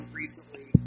recently